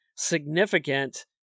Significant